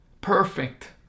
perfect